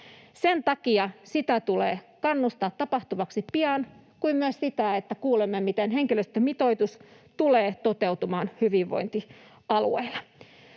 Sen takia sitä tulee kannustaa tapahtuvaksi pian, kuin myös sitä, että kuulemme, miten henkilöstömitoitus tulee toteutumaan hyvinvointialueilla.